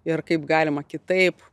ir kaip galima kitaip